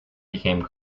became